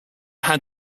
had